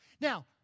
Now